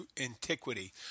antiquity